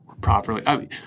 properly